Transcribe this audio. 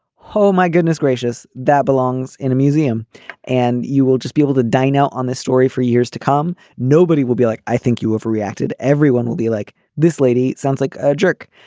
oh my goodness gracious. that belongs in a museum and you will just be able to dine out on this story for years to come. nobody will be like i think you overreacted. everyone will be like this lady sounds like a jerk.